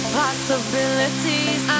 possibilities